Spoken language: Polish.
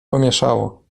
pomieszało